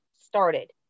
started